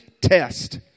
test